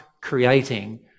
creating